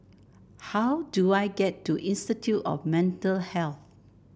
how do I get to Institute of Mental Health